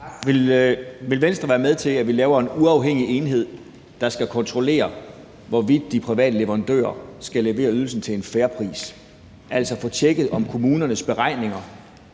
Vil Venstre være med til, at vi laver en uafhængig enhed, der skal kontrollere, hvorvidt de private leverandører skal levere ydelsen til en fair pris, altså får tjekket, om kommunernes beregninger